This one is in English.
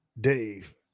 Dave